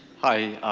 hi,